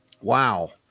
wow